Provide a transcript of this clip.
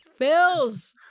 Phils